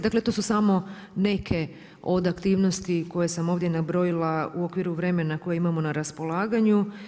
Dakle to su samo neke od aktivnosti koje sam ovdje nabrojila u okviru vremena koje imamo na raspolaganju.